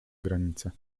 granice